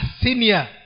senior